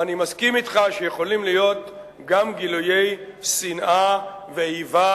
ואני מסכים אתך שיכולים להיות גם גילויי שנאה ואיבה